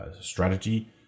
strategy